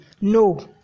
No